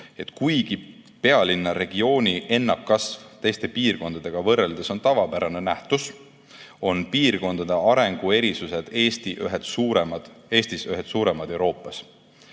kuigi pealinna regiooni ennakkasv teiste piirkondadega võrreldes on tavapärane nähtus, on piirkondade arenguerisused Eestis ühed Euroopa